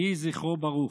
יהי זכרו ברוך.